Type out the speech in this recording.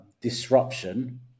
disruption